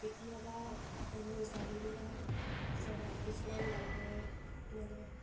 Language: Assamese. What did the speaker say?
কেতিয়াবা গাড়ীবিলাক চলা কিছুমান ড্ৰাইভাৰে মানে